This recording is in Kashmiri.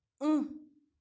إں